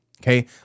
okay